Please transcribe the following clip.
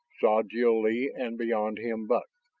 saw jil-lee and beyond him buck.